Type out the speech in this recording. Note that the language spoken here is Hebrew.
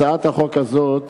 הצעת החוק הזאת